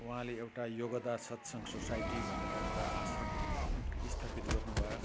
उहाँले एउटा योगदा सत्सङ्ग सोसाइटी भनेर एउटा आश्रम स्थापित गर्नुभयो